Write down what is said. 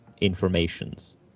informations